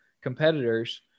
competitors